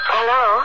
Hello